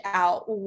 out